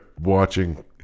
watching